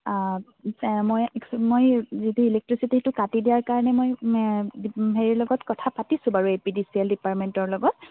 মই মই যিটো ইলেক্ট্ৰিচিটিটো কাটি দিয়াৰ কাৰণে মই হেৰি লগত কথা পাতিছোঁ বাৰু A P D C L ডিপাৰ্টমেণ্টৰ লগত